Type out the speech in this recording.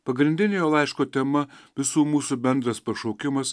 pagrindinė jo laiško tema visų mūsų bendras pašaukimas